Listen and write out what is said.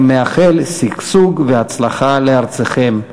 אני מאחל שגשוג והצלחה לארצכם.